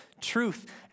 truth